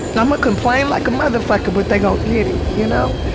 i'mma complain like a motherfucker but they gonna get it, you know